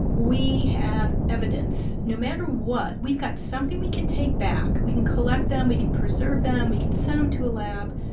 we have evidence. no matter what, we've got something we can take back. we can collect them. we can preserve them. we can send them to a lab,